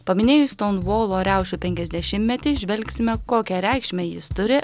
paminėjus stonvolo riaušių penkiasdešimtmetį žvelgsime kokią reikšmę jis turi